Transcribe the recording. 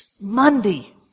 Monday